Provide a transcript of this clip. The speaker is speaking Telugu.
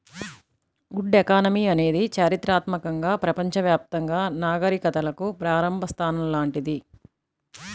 వుడ్ ఎకానమీ అనేది చారిత్రాత్మకంగా ప్రపంచవ్యాప్తంగా నాగరికతలకు ప్రారంభ స్థానం లాంటిది